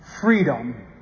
freedom